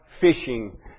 fishing